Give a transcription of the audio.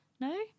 No